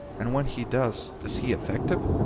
and when he does, is he effective?